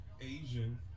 Asian